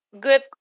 good